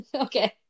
okay